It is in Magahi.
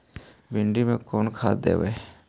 भिंडी में कोन खाद देबै?